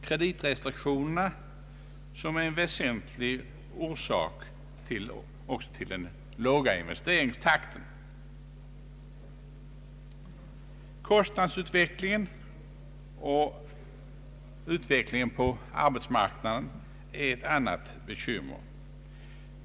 Kreditrestriktionerna är även en väsentlig orsak till den låga investeringstakten. Kostnadsutvecklingen och utvecklingen på arbetsmarknaden är ett annat bekymmer.